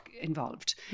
involved